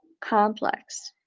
complex